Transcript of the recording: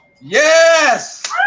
Yes